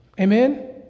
Amen